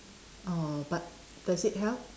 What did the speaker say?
err but does it help